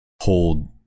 hold